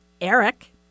Eric